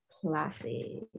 Classy